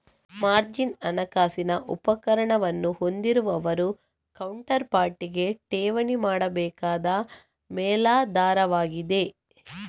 margin ಹಣಕಾಸಿನ ಉಪಕರಣವನ್ನು ಹೊಂದಿರುವವರು ಕೌಂಟರ್ ಪಾರ್ಟಿಗೆ ಠೇವಣಿ ಮಾಡಬೇಕಾದ ಮೇಲಾಧಾರವಾಗಿದೆ